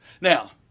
Now